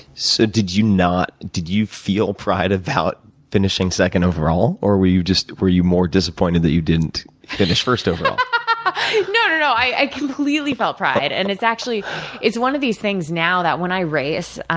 so, did you not did you feel pride about finishing second overall? or, were you just were you more disappointed that you didn't finish first overall you know i completely felt pride, and it's actually it's one of these things now that, when i race,